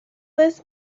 this